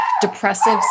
depressive